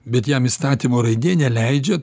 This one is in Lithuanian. bet jam įstatymo raidė neleidžia